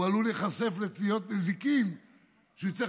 הוא עלול להיחשף לתביעות נזיקין והוא יצטרך